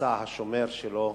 נפצע השומר שלו,